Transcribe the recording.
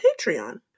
patreon